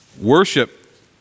Worship